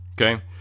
Okay